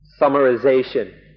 summarization